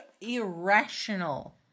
irrational